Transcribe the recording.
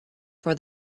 for